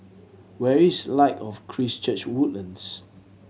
where is Light of Christ Church Woodlands